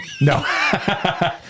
no